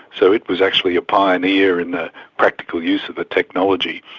so it was actually a pioneer in the practical use of the technology.